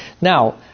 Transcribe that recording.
Now